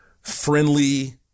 friendly